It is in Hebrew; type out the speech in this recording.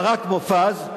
ברק ומופז,